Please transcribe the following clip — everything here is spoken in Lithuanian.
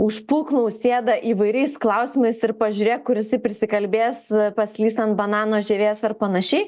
užpulk nausėdą įvairiais klausimais ir pažiūrėk kur jisai prisikalbės paslys ant banano žievės ar panašiai